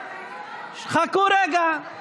חכו רגע.